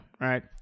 Right